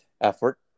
effort